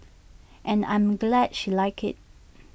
and I'm glad she liked IT